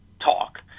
talk